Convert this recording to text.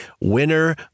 winner